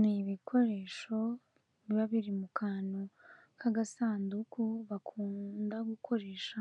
N'ibikoresho biba biri mu kantu k'agasanduku bakunda gukoresha